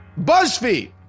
BuzzFeed